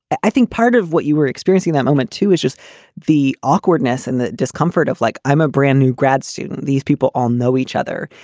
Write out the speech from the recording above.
i think part of what you were experiencing that moment, too, is just the awkwardness and the discomfort of like i'm a brand new grad student. these people all know each other.